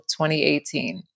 2018